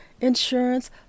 insurance